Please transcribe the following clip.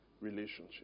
relationship